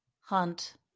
hunt